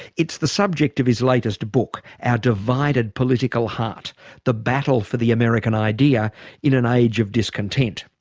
it's the subject of his latest book our divided political heart the battle for the american idea in an age of discontent.